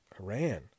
Iran